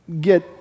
get